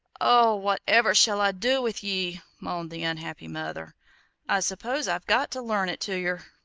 oh, whatever shall i do with ye? moaned the unhappy mother i suppose i've got to learn it to yer!